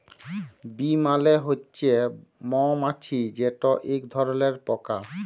bee মালে হছে মমাছি যেট ইক ধরলের পকা